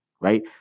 Right